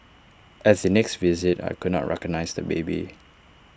at the next visit I could not recognise the baby